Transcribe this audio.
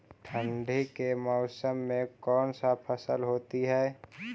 ठंडी के मौसम में कौन सा फसल होती है?